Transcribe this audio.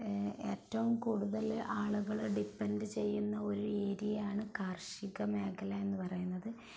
ഏറ്റവും കൂടുതല് ആളുകൾ ഡിപെൻഡ് ചെയ്യുന്ന ഒരു ഏരിയയാണ് കാർഷിക മേഖല എന്നു പറയുന്നത്